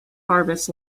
harvest